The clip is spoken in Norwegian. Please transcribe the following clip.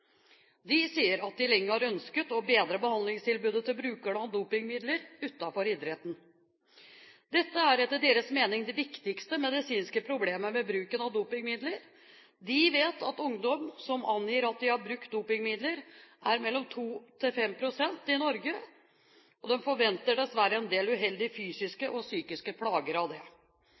De sier at de lenge har ønsket å bedre behandlingstilbudet til brukere av dopingmidler utenfor idretten. Dette er etter deres mening det viktigste medisinske problemet ved bruken av dopingmidler. De vet at andelen ungdom som angir at de har brukt dopingmidler, er mellom 2–5 pst. i Norge, og de forventer dessverre en del uheldige fysiske og psykiske plager av det.